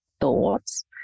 thoughts